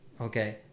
Okay